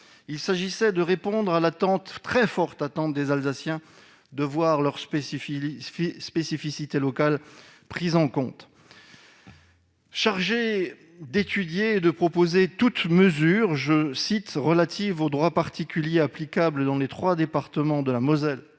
était de répondre à la très forte attente des Alsaciens de voir leurs spécificités locales prises en compte. Chargée d'étudier et de proposer toute mesure « relative au droit particulier applicable dans les trois départements de la Moselle,